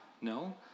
No